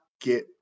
get